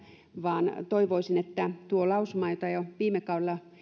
vaan toivoisin että tuo lausuma jota jo viime kaudella